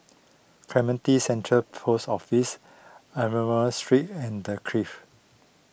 Clementi Central Post Office Street and the Clift